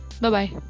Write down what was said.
Bye-bye